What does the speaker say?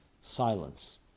silence